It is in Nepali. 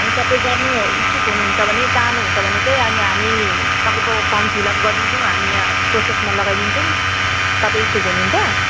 अनि तपाईँ गर्नु इच्छुक हुनुहुन्छ भने चाहनु हुन्छ भने चाहिँ अनि हामी तपाईँको फर्म फिलअप गरिदिन्छौँ हामी यहाँ प्रोसेसमा लगाइदिन्छौँ तपाईँ इच्छुक हुनुहुन्छ